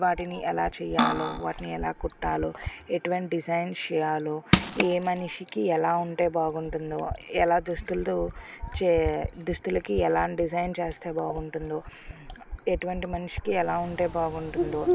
వాటిని ఎలా చేయాలో వాటిని ఎలా కుట్టాలో ఎటువంటి డిజైన్స్ చేయాలో ఏ మనిషికి ఎలా ఉంటే బాగుంటుందో దుస్తులు ఎలా చేయాలో దుస్తులకు ఎలాంటి డిజైన్స్ చేస్తే బాగుంటుందో ఎటువంటి మనిషికి ఎలా ఉంటే బాగుంటుందో